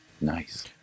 Nice